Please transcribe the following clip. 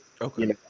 Okay